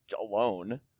alone